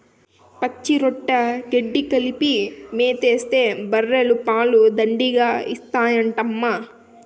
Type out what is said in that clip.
పచ్చిరొట్ట గెడ్డి కలిపి మేతేస్తే బర్రెలు పాలు దండిగా ఇత్తాయంటమ్మా